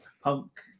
punk